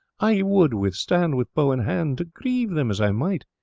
i would withstand, with bow in hand, to greve them as i might,